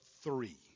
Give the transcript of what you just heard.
three